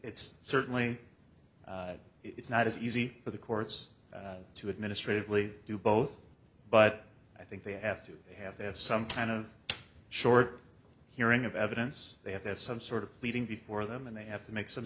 it's certainly it's not as easy for the courts to administratively do both but i think they have to have to have some kind of short hearing of evidence they have to have some sort of pleading before them and they have to make some